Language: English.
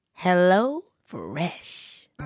HelloFresh